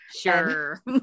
sure